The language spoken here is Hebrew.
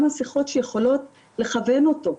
כמה שיחות שיכולות לכוון אותו.